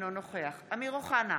אינו נוכח אמיר אוחנה,